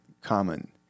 common